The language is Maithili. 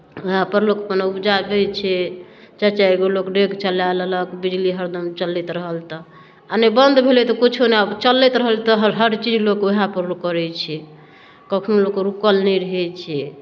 उएह अपन लोक अपना उपजाबै छै चारि चारि गो लोक डेक चलाए लेलक बिजली हरदम चलैत रहल तऽ आ नहि बन्द भेलै तऽ किछो नहि आब चलैत रहल तऽ हर हर चीज लोक उएहपर लोक करै छै कखनो लोकके रुकल नहि रहै छै